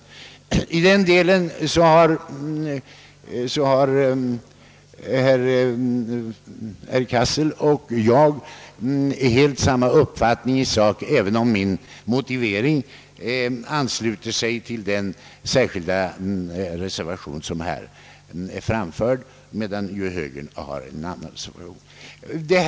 På denna punkt har herr Cassel och jag alldeles samma ståndpunkt i sak även om min motivering ansluter sig till den särskilda reservation som vi lämnat, medan högern ju har en annan reservation.